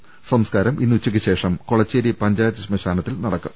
്സംസ്കാരം ഇന്ന് ഉച്ചക്ക് ശേഷം കൊളച്ചേരി പഞ്ചായത്ത് ശ്മശാനത്തിൽ നടക്കും